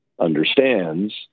understands